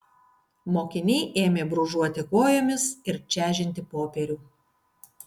mokiniai ėmė brūžuoti kojomis ir čežinti popierių